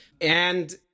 And-